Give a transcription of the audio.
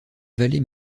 vallée